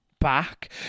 back